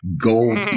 Gold